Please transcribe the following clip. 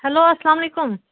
hello اسلام علیکُم